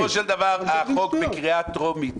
אם בסופו של דבר החוק בקריאה טרומית